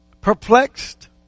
Perplexed